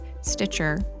Stitcher